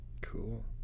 Cool